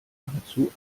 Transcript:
nahezu